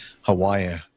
Hawaii